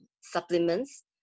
supplements